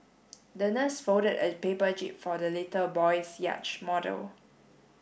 the nurse folded a paper jib for the little boy's yacht model